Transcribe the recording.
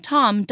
Tom